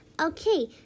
Okay